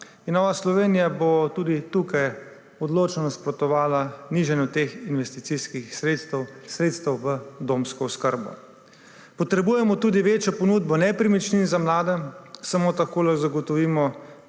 in Nova Slovenija bo tudi tukaj odločno nasprotovala nižanju teh investicijskih sredstev v domsko oskrbo. Potrebujemo tudi večjo ponudbo nepremičnin za mlade. Samo tako lahko zagotovimo